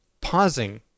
pausing